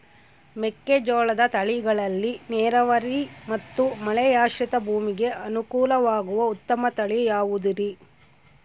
ಮೆಕ್ಕೆಜೋಳದ ತಳಿಗಳಲ್ಲಿ ನೇರಾವರಿ ಮತ್ತು ಮಳೆಯಾಶ್ರಿತ ಭೂಮಿಗೆ ಅನುಕೂಲವಾಗುವ ಉತ್ತಮ ತಳಿ ಯಾವುದುರಿ?